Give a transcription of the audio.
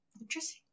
Interesting